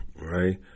Right